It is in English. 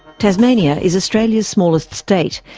tasmania is australia's smallest state,